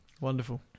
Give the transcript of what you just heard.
Wonderful